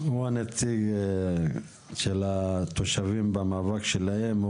הוא הנציג של התושבים במאבק שלהם.